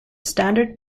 standard